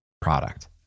product